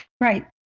right